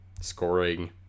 Scoring